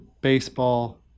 baseball